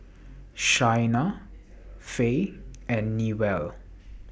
Shaina Fae and Newell